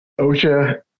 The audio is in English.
OSHA